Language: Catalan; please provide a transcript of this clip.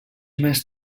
més